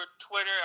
Twitter